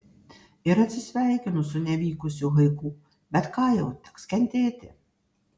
ir atsisveikinu su nevykusiu haiku bet ką jau teks kentėti